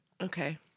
Okay